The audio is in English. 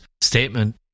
statement